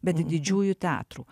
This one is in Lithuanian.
bet didžiųjų teatrų